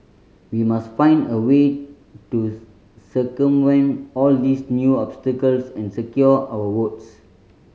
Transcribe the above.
we must find a way to circumvent all these new obstacles and secure our votes